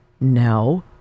No